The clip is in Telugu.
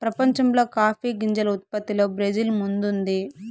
ప్రపంచంలో కాఫీ గింజల ఉత్పత్తిలో బ్రెజిల్ ముందుంది